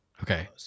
Okay